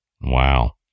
Wow